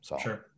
Sure